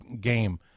game